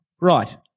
Right